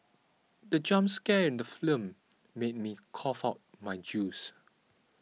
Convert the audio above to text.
the jump scare in the made me cough out my juice